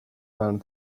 found